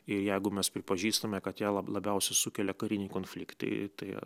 ir jeigu mes pripažįstame kad ją labiausiai sukelia kariniai konfliktai tai